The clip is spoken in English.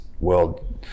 world